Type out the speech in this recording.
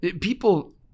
People